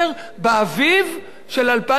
באביב של 2010,